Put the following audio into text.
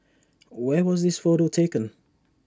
where was this photo taken